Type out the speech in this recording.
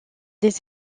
des